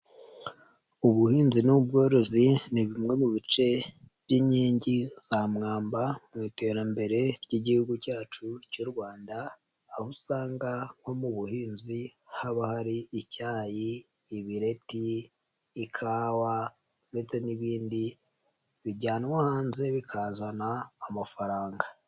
Ubuhinzi n'ubworozi ni bimwe mu bice by'inkingi za mwamba mu iterambere ry'Igihugu cyacu cy'u Rwanda aho usanga nko mu buhinzi haba hari: icyayi, ibireti, ikawa ndetse n'ibindi bijyanwa hanze bikazana amafaranga.